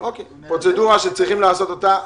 פרוצדורה שצריך לעשות אותה.